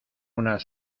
unas